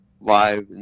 live